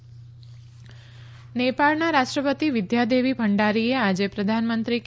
નેપાળ વિઘટન નેપાળના રાષ્ટ્રપતિ વિદ્યાદેવી ભંડારીએ આજે પ્રધાનમંત્રી કે